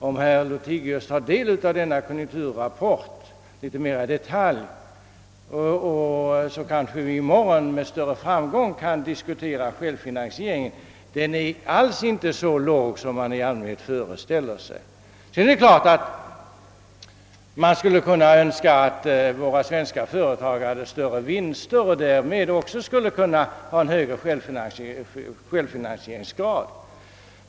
Om herr Lothigius tar del av denna konjunkturrapport mera i detalj kanske vi i morgon med större framgång kan diskutera självfinansieringen. Den är inte alls så låg som man i allmänhet föreställer sig. Det är klart att man skulle kunna önska att våra svenska företag hade större vinster och därmed också en högre självfinansieringsgrad.